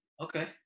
Okay